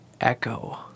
Echo